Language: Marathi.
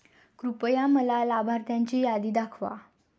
कृपया मला लाभार्थ्यांची यादी दाखवा